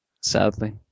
Sadly